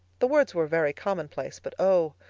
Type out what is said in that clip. the words were very commonplace, but oh,